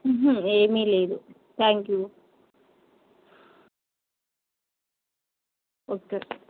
ఏమీ లేదు thank you okay